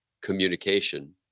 communication